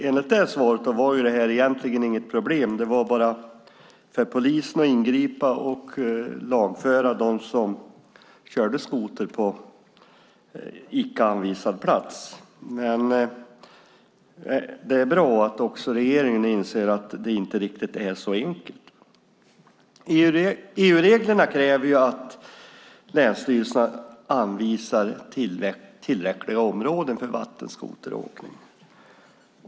Enligt det svaret var det här egentligen inget problem. Det var bara för polisen att ingripa och lagföra dem som körde skoter på icke anvisad plats. Det är bra att regeringen inser att det inte riktigt är så enkelt. EU-reglerna kräver att länsstyrelserna anvisar tillräckliga områden för vattenskoteråkning.